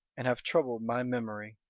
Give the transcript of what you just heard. and have troubled my memory.